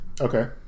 Okay